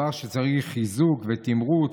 דבר שצריך חיזוק ותמרוץ,